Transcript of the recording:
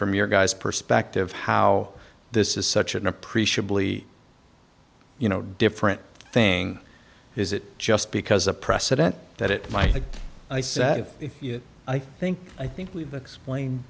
from your guys perspective how this is such an appreciably you know different thing is it just because a precedent that it might i say i think i think we've explained